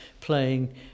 playing